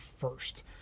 first